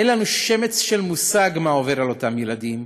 אין לנו שמץ של מושג מה עובר על אותם ילדים,